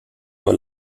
nur